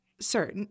Sir